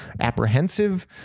Apprehensive